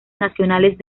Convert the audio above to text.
nacionales